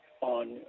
on